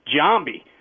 Jambi